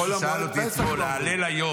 מישהו שאל אותי אתמול: ההלל היום,